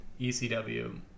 ECW